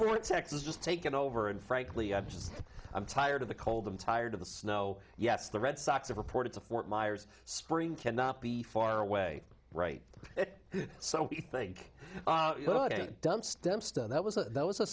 for texas just taken over and frankly i'm just i'm tired of the cold i'm tired of the snow yes the red sox have reported to fort myers spring cannot be far away right it so we think about it dumps dempster that was a that was a